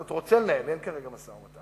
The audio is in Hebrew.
כלומר, רוצה לנהל, אין כרגע משא-ומתן.